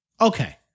Okay